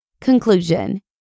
Conclusion